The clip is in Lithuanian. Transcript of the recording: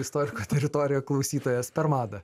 istoriko teritoriją klausytojas per madą